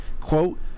Quote